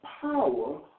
power